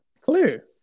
Clear